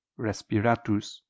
respiratus